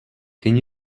can